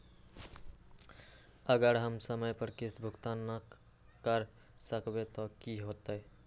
अगर हम समय पर किस्त भुकतान न कर सकवै त की होतै?